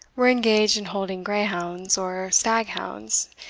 were engaged in holding grey-hounds, or stag-hounds,